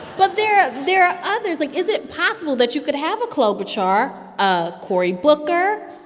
but there there are others. like, is it possible that you could have a klobuchar, a cory booker,